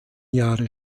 jahre